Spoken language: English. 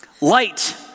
Light